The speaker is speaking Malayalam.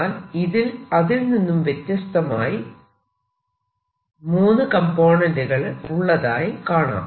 എന്നാൽ ഇതിൽ അതിൽനിന്നും വ്യത്യസ്തമായി 3 കംപോണെന്റുകൾ ഉള്ളതായി കാണാം